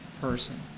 person